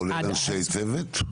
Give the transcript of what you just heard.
כולל אנשי צוות?